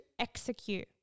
execute